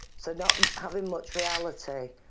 so not having much reality.